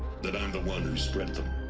that i'm the one who spread them.